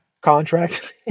contract